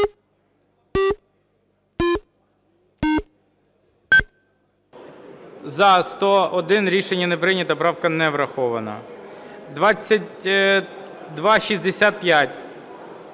За-121 Рішення не прийнято. Правка не врахована. 3358.